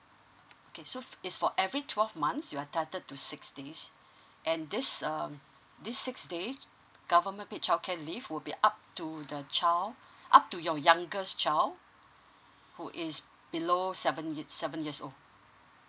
okay so it's for every twelve months you're entitled to six days and this um this six days government paid childcare leave will be up to the child up to your youngest child who is below seven ye~ seven years old